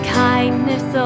kindness